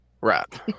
Right